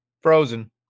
frozen